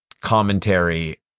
commentary